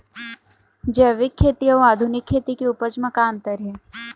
जैविक खेती अउ आधुनिक खेती के उपज म का अंतर हे?